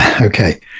okay